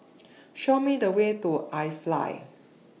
Show Me The Way to IFly